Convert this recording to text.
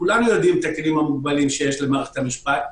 כולם יודעים את הכלים המוגבלים שיש למערכת המשפט,